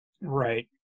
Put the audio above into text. Right